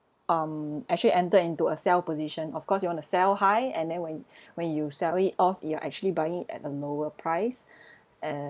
um actually enter into a sell position of course you want to sell high and then when when you sell it off you are actually buying at a lower price and